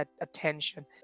attention